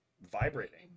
vibrating